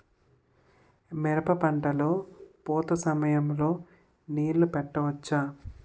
మిరప పంట లొ పూత సమయం లొ నీళ్ళు పెట్టవచ్చా?